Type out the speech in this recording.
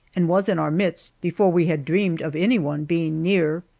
and was in our midst before we had dreamed of anyone being near.